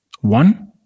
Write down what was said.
One